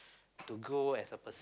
to go as a per~